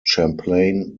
champlain